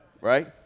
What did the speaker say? right